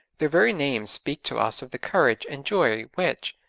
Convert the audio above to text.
their very names speak to us of the courage and joy which,